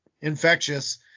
infectious